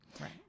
Right